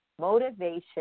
Motivation